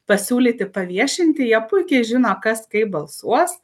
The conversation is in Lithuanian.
pasiūlyti paviešinti jie puikiai žino kas kaip balsuos